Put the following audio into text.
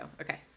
Okay